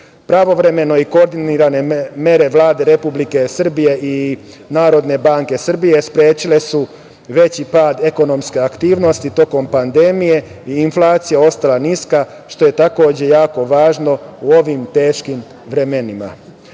želeli. Pravovremene i koordinirane mere Vlade Republike Srbije i Narodne banke Srbije sprečile su veći pad ekonomske aktivnosti tokom pandemije. Inflacija je ostala niska, što je takođe jako važno u ovim teškim vremenima. Kolege